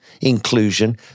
inclusion